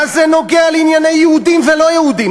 מה זה קשור לענייני יהודים ולא יהודים?